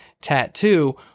tattoo